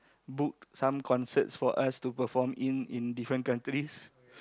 book some concert for us to perform in in different countries